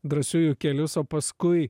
drąsiųjų kelius o paskui